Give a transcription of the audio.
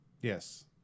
Yes